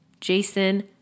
Jason